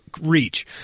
reach